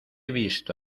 visto